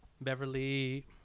Beverly